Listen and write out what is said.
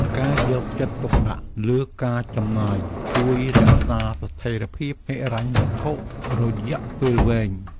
ការយកចិត្តទុកដាក់លើការចំណាយជួយរក្សាស្ថេរភាពហិរញ្ញវត្ថុយៈពេលវែង។